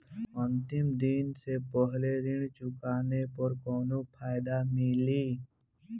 अंतिम दिन से पहले ऋण चुकाने पर कौनो फायदा मिली?